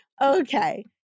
Okay